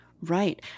Right